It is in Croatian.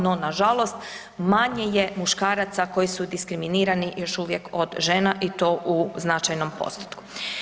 No, nažalost manje je muškaraca koji su diskriminirani još uvijek od žena i to u značajnom postotku.